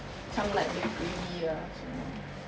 macam like the gravy ah